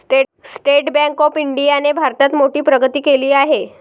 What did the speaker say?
state Bank of इंडियाने भारतात मोठी प्रगती केली आहे